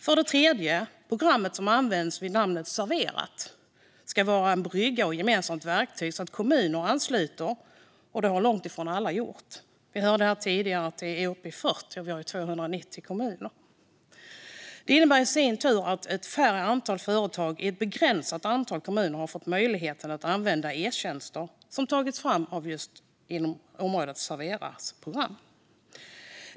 För det tredje ska det program som kallas Serverat vara en brygga och ett gemensamt verktyg så att kommuner ansluter till det, men det har långt ifrån alla gjort. Vi hörde tidigare att det är uppe i 40, och det finns ju 290 kommuner. Detta innebär i sin tur att ett mindre antal företag i ett begränsat antal kommuner har fått möjligheten att använda e-tjänster som tagits fram inom programmet Servera.